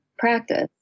Practice